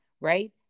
right